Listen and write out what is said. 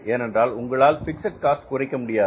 ஏனென்றால் உங்களால் fixed cost குறைக்க முடியாது